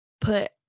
put